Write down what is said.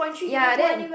ya then